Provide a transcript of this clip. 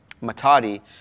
Matadi